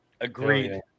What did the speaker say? Agreed